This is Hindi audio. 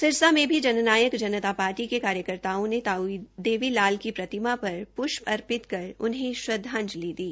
सिरसा में भी जन नायक जनता पार्टी के कार्यकर्ताओं ने ताऊ देवी लाल की प्रतिमा पर प्ष्प अर्पित कर उन्हें श्रद्वांजलि दी